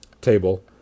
table